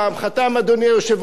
חתם אדוני היושב-ראש,